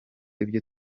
ibyo